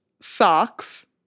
socks